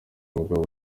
umugabo